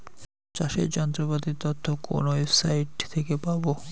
চাষের যন্ত্রপাতির তথ্য কোন ওয়েবসাইট সাইটে পাব?